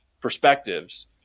perspectives